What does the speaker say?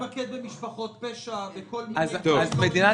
בוא תתחיל להתמקד במשפחות פשע -- אז מדינת